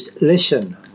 listen